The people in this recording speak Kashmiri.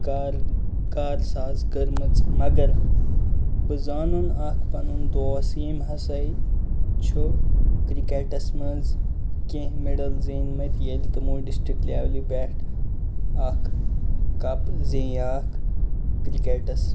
کار کارساز کٔرمٕژ مگر بہٕ زانَن اَکھ پَنُن دوس ییٚمۍ ہسَے چھُ کِرٛکَٹَس منٛز کیٚنہہ مٮ۪ڈَل زیٖنۍمٕتۍ ییٚلہِ تِمَو ڈِسٹِرٛک لٮ۪ولہِ پٮ۪ٹھ اَکھ کَپ زینیٛاکھ کِرٛکَٹَس